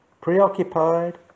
preoccupied